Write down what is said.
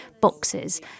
boxes